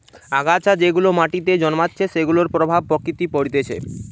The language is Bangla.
আগাছা যেগুলা মাটিতে জন্মাইছে সেগুলার প্রভাব প্রকৃতিতে পরতিছে